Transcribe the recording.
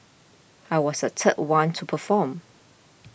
I was the third one to perform